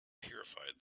purified